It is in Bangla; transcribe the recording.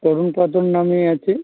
তরুণ পতন নামে আছে